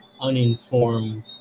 uninformed